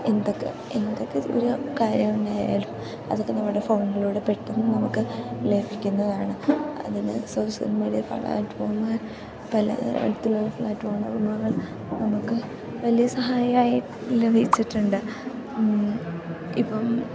എന്തൊക്കെ എന്തൊക്കെ ചെറിയ കാര്യം ഉണ്ടായാലും അതൊക്കെ നമ്മുടെ ഫോണിലൂടെ പെട്ടെന്നു നമുക്ക് ലഭിക്കുന്നതാണ് അതിന് സോഷ്യൽ മീഡിയ ഫ്ലാറ്റ്ഫോം പല തരത്തിലുള്ള ഫ്ലാറ്റ്ഫോമുകൾ ഇന്ന് നമുക്ക് വലിയ സഹായകമായി ലഭിച്ചിട്ടുണ്ട് ഇപ്പം